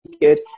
good